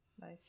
Nice